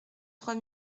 trois